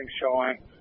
showing